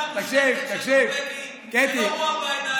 ממשלה מושחתת של נורבגים שלא רואה בעיניים,